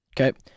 Okay